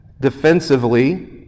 defensively